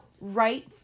right